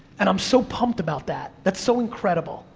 and i'm so pumped about that, that's so incredible,